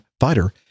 fighter